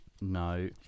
No